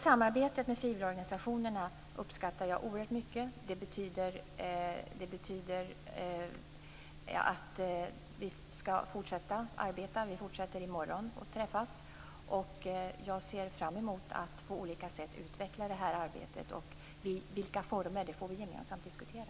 Samarbetet med frivilligorganisationerna uppskattar jag oerhört mycket. Vi skall fortsätta detta samarbete, och vi kommer att träffas i morgon. Jag ser fram emot att på olika sätt utveckla samarbetet. I vilka former det skall ske får vi gemensamt diskutera.